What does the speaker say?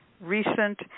recent